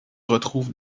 retrouvent